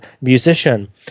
musician